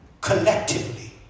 collectively